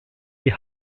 die